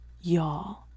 y'all